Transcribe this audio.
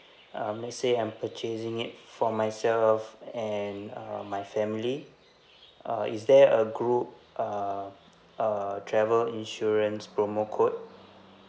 um let's say I'm purchasing it for myself and uh my family uh is there a group uh uh travel insurance promo code